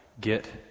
get